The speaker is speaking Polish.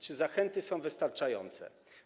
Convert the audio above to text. Czy zachęty są wystarczające?